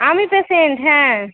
আমি পেশেন্ট হ্যাঁ